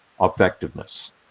effectiveness